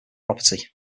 property